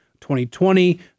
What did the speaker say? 2020